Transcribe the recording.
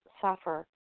suffer